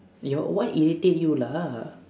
your what irritate you lah